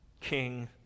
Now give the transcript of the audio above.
king